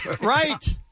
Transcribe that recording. Right